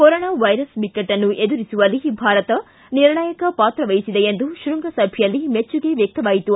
corona virus ಬಿಕ್ಕಟ್ಟನ್ನು ಎದುರಿಸುವಲ್ಲಿ ಭಾರತ ನಿರ್ಣಾಯಕ ಪಾತ್ರ ವಹಿಸಿದೆ ಎಂದು ಶೃಂಗ ಸಭೆಯಲ್ಲಿ ಮೆಚ್ಚುಗೆ ವ್ಯಕ್ತವಾಯಿತು